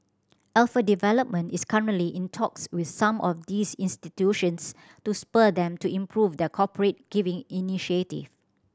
Alpha Development is currently in talks with some of these institutions to spur them to improve their corporate giving initiative